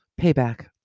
payback